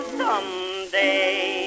someday